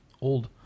old